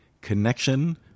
connection